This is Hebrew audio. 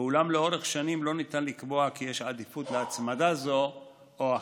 אולם לאורך שנים לא ניתן לקבוע כי יש עדיפות להצמדה זו או אחרת.